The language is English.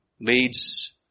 leads